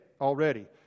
already